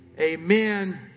amen